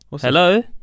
Hello